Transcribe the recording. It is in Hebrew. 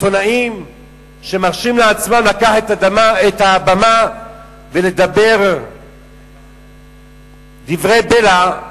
עיתונאים שמרשים לעצמם לקחת את הבמה ולדבר דברי בלע.